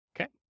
Okay